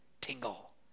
tingle